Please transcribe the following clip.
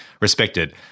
respected